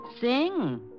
Sing